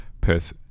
Perth